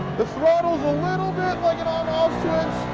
the throttle's a little bit like an on-off switch.